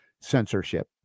censorship